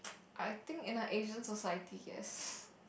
I think in the Asian society yes